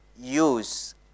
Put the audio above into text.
use